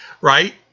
right